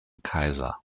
kaiser